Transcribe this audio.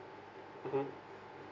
mmhmm